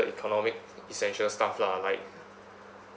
economic essential stuff lah like